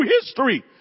history